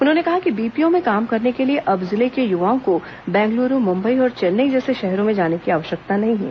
उन्होंने कहा कि बीपीओ में काम करने के लिए अब जिले के युवाओं को बेंगलुरु मुंबई और चेन्नई जैसे शहरों में जाने की आवश्यकता नहीं है